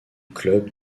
club